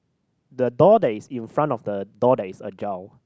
the door there is in front of the door there is ajar